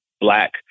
Black